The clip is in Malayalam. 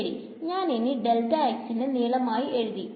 ശെരി ഞൻ ഇനി നെ നീളമായി എഴുതി